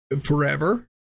forever